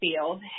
field